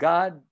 God